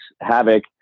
havoc